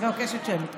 מבקשת שמית.